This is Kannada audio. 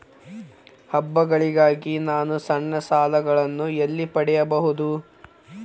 ಹಬ್ಬಗಳಿಗಾಗಿ ನಾನು ಸಣ್ಣ ಸಾಲಗಳನ್ನು ಎಲ್ಲಿ ಪಡೆಯಬಹುದು?